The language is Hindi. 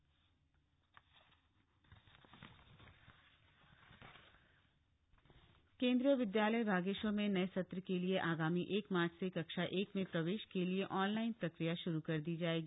केवि बागेश्वर केंद्रीय विदयालय बागेश्वर में नये सत्र के लिए थे गामी एक मार्च से कक्षा एक में प्रवेश के लिए ऑनलाइन प्रक्रिया श्रू कर दी जायेगी